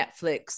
Netflix